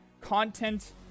content